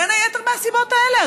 בין היתר מהסיבות האלה,